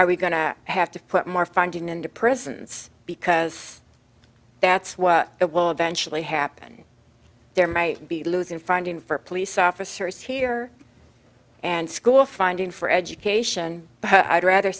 are we going to have to put more funding into prisons because that's what it will eventually happen there might be losing funding for police officers here and school funding for education but i'd rather